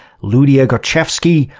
lydia gottschewski,